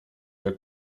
wir